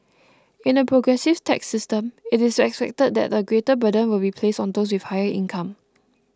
in a progressive tax system it is expected that a greater burden will be placed on those with higher income